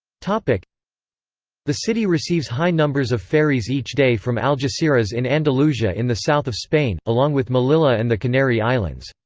like the city receives high numbers of ferries each day from algeciras in andalusia in the south of spain, along with melilla and the canary islands.